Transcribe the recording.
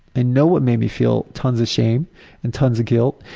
i know it made me feel tons of shame and tons of guilt.